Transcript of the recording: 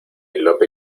lope